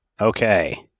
okay